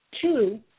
Two